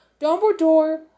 Dumbledore